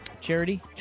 charity